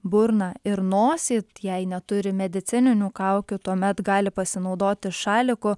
burną ir nosį jei neturi medicininių kaukių tuomet gali pasinaudoti šaliku